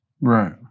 Right